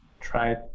try